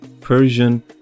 Persian